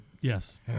Yes